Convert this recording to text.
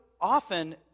often